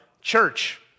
church